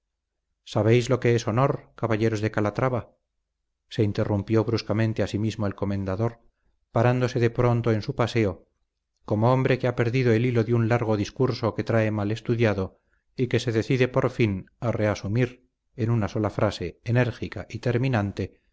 sabéis lo que es honor caballeros de calatrava se interrumpió bruscamente a sí mismo el comendador parándose de pronto en su paseo como hombre que ha perdido el hilo de un largo discurso que trae mal estudiado y que se decide por fin a reasumir en una sola frase enérgica y terminante